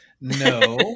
No